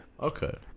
Okay